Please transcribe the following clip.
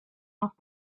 off